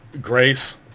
grace